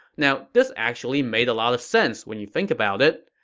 now, this actually made a lot of sense when you think about it.